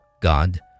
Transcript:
God